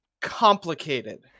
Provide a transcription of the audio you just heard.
complicated